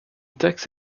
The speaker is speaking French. taxe